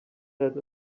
that